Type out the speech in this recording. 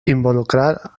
involucrar